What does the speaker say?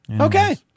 Okay